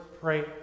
Pray